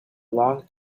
long